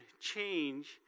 change